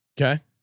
Okay